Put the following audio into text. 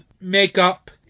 makeup